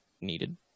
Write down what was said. needed